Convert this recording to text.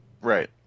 right